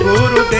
Guru